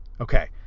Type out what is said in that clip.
Okay